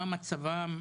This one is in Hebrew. מה מצבם?